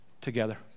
together